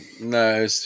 no